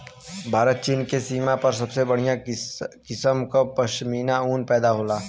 भारत चीन के सीमा पर सबसे बढ़िया किसम क पश्मीना ऊन पैदा होला